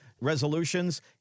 resolutions